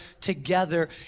together